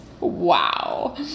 Wow